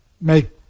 make